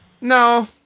No